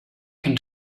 can